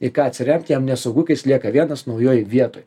į ką atsiremt jam nesaugu kai jis lieka vienas naujoj vietoj